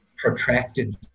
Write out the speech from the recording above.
protracted